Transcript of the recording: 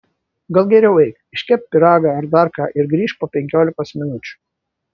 gal geriau eik iškepk pyragą ar dar ką ir grįžk po penkiolikos minučių